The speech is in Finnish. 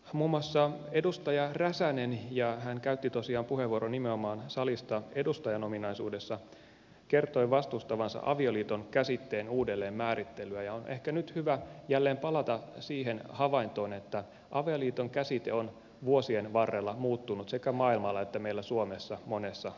muun muassa edustaja räsänen hän tosiaan käytti puheenvuoron nimenomaan salista edustajan ominaisuudessa kertoi vastustavansa avioliiton käsitteen uudelleenmäärittelyä ja on ehkä nyt hyvä jälleen palata siihen havaintoon että avioliiton käsite on vuosien varrella muuttunut sekä maailmalla että meillä suomessa monessa suhteessa